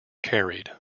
carried